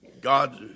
God